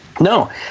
No